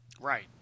Right